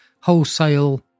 wholesale